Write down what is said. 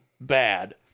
bad